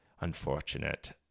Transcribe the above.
unfortunate